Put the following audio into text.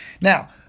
Now